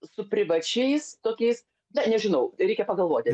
su privačiais tokiais na nežinau reikia pagalvoti